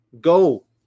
go